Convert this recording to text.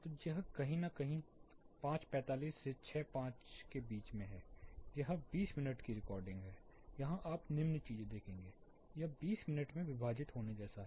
तो यह कहीं न कहीं 545 से 6 5 है यह 20 मिनट की रिकॉर्डिंग है यहां आप निम्न चीज देखेंगे यह 20 मिनट में विभाजित होने जैसा है